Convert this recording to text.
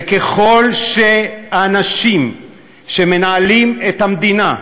וככל שהאנשים שמנהלים את המדינה,